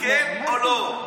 כן או לא?